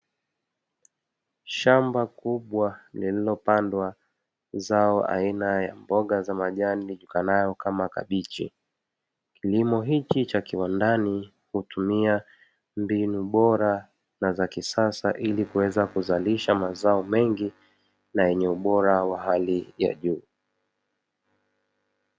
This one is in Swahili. Shamba kubwa lililopandwa zao aina ya mboga majani ijulikanayo kama kabichi, kilimo hichi cha kiwandani hutumia mbinu bora na za kisasa ili kuweza kuzalisha mazao mengi na yenye ubora wa hali ya juu.